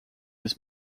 his